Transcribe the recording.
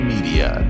Media